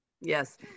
Yes